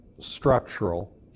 structural